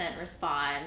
respond